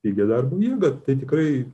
pigią darbo jėgą tai tikrai